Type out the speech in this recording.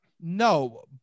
No